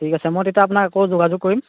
ঠিক আছে মই তেতিয়া আকৌ আপোনাক যোগাযোগ কৰিম